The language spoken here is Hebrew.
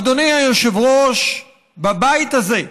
אדוני היושב-ראש, בבית הזה,